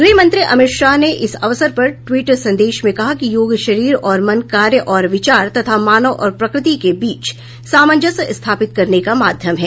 गृहमंत्री अमित शाह ने इस अवसर पर ट्वीट संदेश में कहा कि योग शरीर और मन कार्य और विचार तथा मानव और प्रकृति के बीच सामंजस्य स्थापित करने का माध्यम है